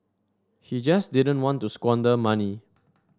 he just didn't want to squander money